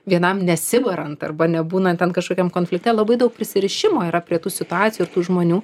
vienam nesibarant arba nebūnant ten kažkokiam konflikte labai daug prisirišimo yra prie tų situacijų ir tų žmonių